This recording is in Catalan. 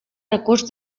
recurs